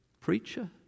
preacher